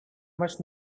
must